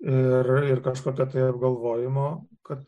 ir kažkokio tai apgalvojimo kad